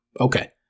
Okay